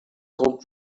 called